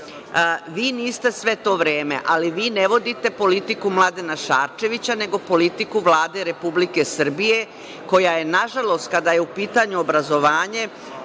niste svo to vreme, ali vi ne vodite politiku Mladena Šarčevića, nego politiku Vlade Republike Srbije, koja je, nažalost, kada je u pitanju obrazovanje,